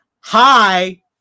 Hi